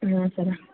ಹಾಂ ಸರ್